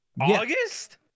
August